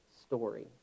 story